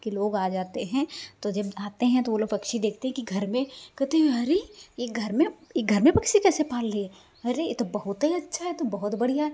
के लोग आ जाते हैं तो जब आते हैं तो वो लोग पक्षी देखते हैं कि घर में कहते हैं अरे ये घर में ये घर में पक्षी कैसे पाल रही है अरे ये तो बहुतै अच्छा है ये तो बहुत बढ़िया है